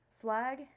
flag